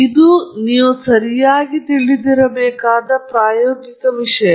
ಮತ್ತು ನೀವು ಸರಿಯಾಗಿ ತಿಳಿದಿರಬೇಕಾದ ಪ್ರಾಯೋಗಿಕ ವಿಷಯ